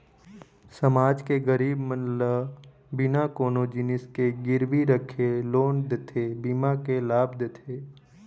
समाज के गरीब मन ल बिना कोनो जिनिस के गिरवी रखे लोन देथे, बीमा के लाभ देथे